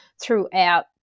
throughout